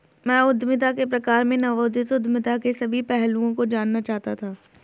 मैं उद्यमिता के प्रकार में नवोदित उद्यमिता के सभी पहलुओं को जानना चाहता था